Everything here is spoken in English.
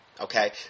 Okay